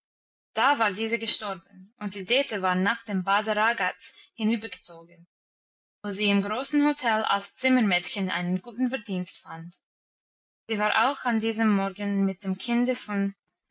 da war diese gestorben und die dete war nach dem bade ragaz hinübergezogen wo sie im großen hotel als zimmermädchen einen guten verdienst fand sie war auch an diesem morgen mit dem kinde von